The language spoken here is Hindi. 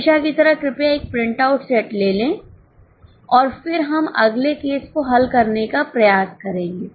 हमेशा की तरह कृपया एक प्रिंटआउट सेट लें लें और फिर हम अगले केस को हल करने का प्रयास करेंगे